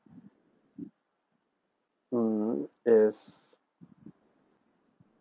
mm is